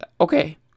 Okay